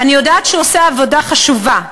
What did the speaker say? אני יודעת שהוא עושה עבודה חשובה,